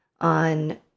on